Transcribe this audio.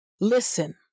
Listen